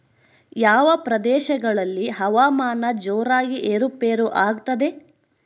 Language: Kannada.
ಯಾವ ಪ್ರದೇಶಗಳಲ್ಲಿ ಹವಾಮಾನ ಜೋರಾಗಿ ಏರು ಪೇರು ಆಗ್ತದೆ?